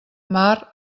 mar